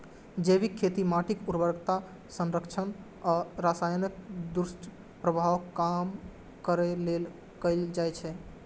जैविक खेती माटिक उर्वरता संरक्षण आ रसायनक दुष्प्रभाव कम करै लेल कैल जाइ छै